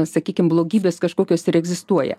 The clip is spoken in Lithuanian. sakykim blogybės kažkokios ir egzistuoja